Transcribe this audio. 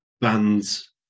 bands